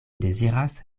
deziras